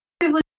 actively